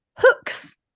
hooks